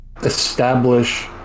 establish